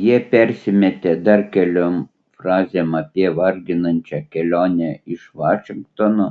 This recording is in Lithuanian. jie persimetė dar keliom frazėm apie varginančią kelionę iš vašingtono